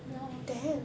ya